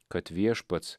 kad viešpats